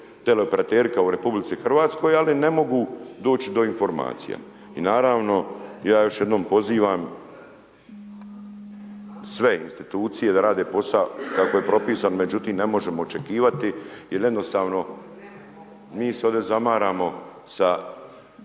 tele operateri kao u RH, ali ne mogu doći do informacija. I naravno, ja još jednom pozivam sve institucije da rade posao, kako je propisan. Međutim, ne možemo očekivati jer jednostavno mi se ovdje zamaramo sa